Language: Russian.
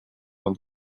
над